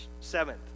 Seventh